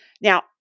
now